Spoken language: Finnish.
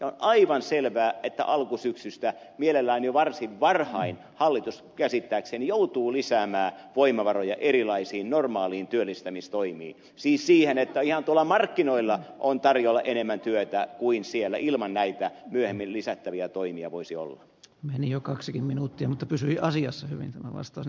on aivan selvää että alkusyksystä mielellään jo varsin varhain hallitus käsittääkseni joutuu lisäämään voimavaroja erilaisiin normaaleihin työllistämistoimiin siis siihen että ihan tuolla markkinoilla on tarjolla enemmän työtä kuin siellä ilman näitä myöhemmin lisättäviä toimia voisi olla niin jo kaksikin minuuttia mutta pysyi asiassa kymmentä vastasi